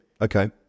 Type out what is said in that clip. Okay